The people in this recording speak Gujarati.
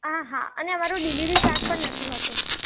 હા અને અમારો ડિલીવરી ચાર્જ પણ નથી હોતો